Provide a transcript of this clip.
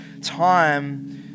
time